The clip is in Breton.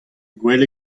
gwell